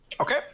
Okay